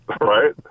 Right